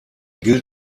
gilt